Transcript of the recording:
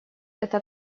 это